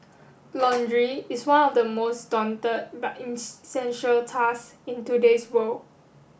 laundry is one of the most daunted but tasks in today's world